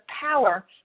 power